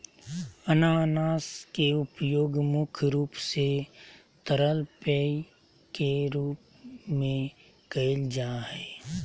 अनानास के उपयोग मुख्य रूप से तरल पेय के रूप में कईल जा हइ